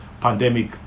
pandemic